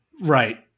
Right